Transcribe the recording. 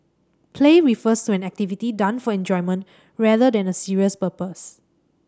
play refers to an activity done for enjoyment rather than a serious purpose